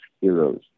heroes